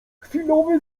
chwilowy